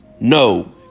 No